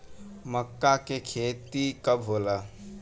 मक्का के खेती कब होला?